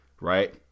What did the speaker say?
right